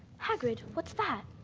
hagrid, what's that?